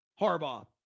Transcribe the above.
Harbaugh